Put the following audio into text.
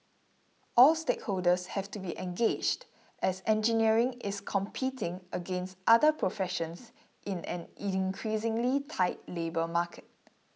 all stakeholders have to be engaged as engineering is competing against other professions in an increasingly tight labour market